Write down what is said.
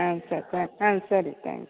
ஆ சரி தேங்க் ஆ சரி தேங்க்ஸ்